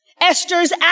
Esther's